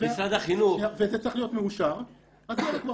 תאמין לי,